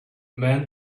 men